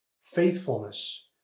faithfulness